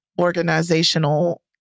organizational